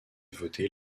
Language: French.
voté